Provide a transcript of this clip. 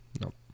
Nope